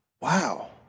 Wow